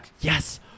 Yes